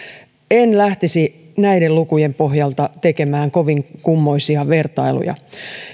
en lähtisi näiden lukujen pohjalta tekemään kovin kummoisia vertailuja